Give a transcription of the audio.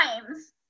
times